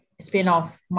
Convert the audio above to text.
spin-off